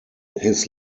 his